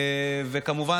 כמובן,